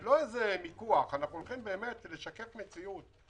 זה לא איזה מיקוח ואנחנו הולכים באמת לשקף מציאות.